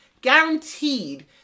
Guaranteed